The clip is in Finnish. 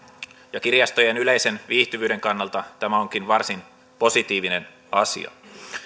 jo kirjastojen yleisen viihtyvyyden kannalta tämä onkin varsin positiivinen asia